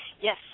Yes